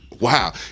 wow